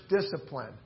discipline